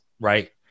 Right